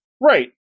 Right